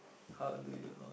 how do you lor